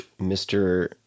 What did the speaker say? Mr